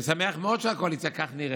אני שמח מאוד שהקואליציה כך נראית.